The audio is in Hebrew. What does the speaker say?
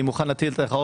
מוכן להשאיר אותך.